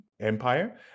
empire